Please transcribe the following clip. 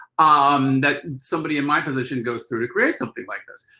um that somebody in my position goes through to create something like this.